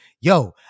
yo